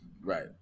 Right